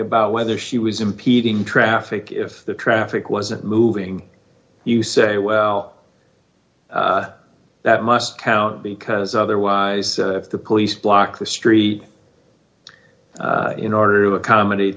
about whether she was impeding traffic if the traffic wasn't moving you say well that must count because otherwise if the police blocked the street in order to accommodate